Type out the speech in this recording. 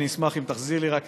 רק אני אשמח אם תחזיר לי את